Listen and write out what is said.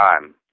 time